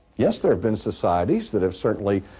yes, there have been societies that have certainly